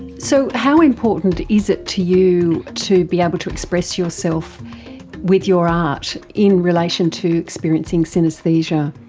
so how important is it to you to be able to express yourself with your art in relation to experiencing synaesthesia?